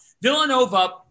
Villanova